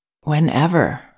Whenever